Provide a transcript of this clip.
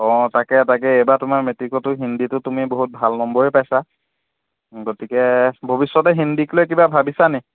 অঁ তাকে তাকে এইবাৰ তোমাৰ মেট্ৰিকতো হিন্দীটো তুমি বহুত ভাল নম্বৰে পাইছা গতিকে ভৱিষ্যতে হিন্দীক লৈ কিবা ভাবিছানি